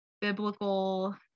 biblical